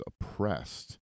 oppressed